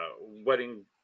wedding